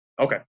okay